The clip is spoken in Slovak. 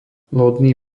lodný